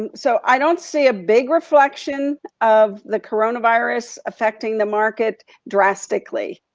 and so i don't see a big reflection of the coronavirus affecting the market drastically.